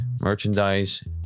merchandise